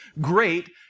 great